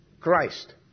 Christ